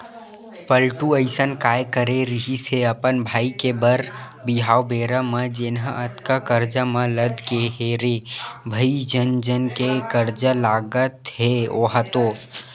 पलटू अइसन काय करे रिहिस हे अपन भाई के बर बिहाव बेरा म जेनहा अतका करजा म लद गे हे रे भई जन जन के करजा लगत हे ओहा तो